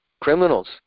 criminals